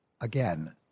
Again